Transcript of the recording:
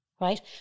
right